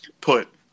put